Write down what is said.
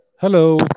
Hello